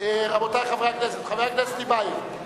חבר הכנסת טיבייב,